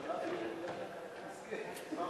התשע"ב 2011,